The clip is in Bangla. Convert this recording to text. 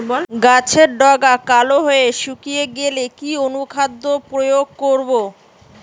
গাছের ডগা কালো হয়ে শুকিয়ে গেলে কি অনুখাদ্য প্রয়োগ করব?